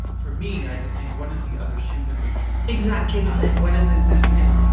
ah for me, i just think when is the other shoe gonna fall? exactly the same when is it this, you know, like